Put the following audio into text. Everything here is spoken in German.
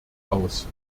aus